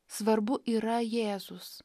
svarbu yra jėzus